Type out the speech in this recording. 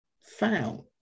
found